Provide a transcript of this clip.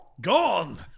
Gone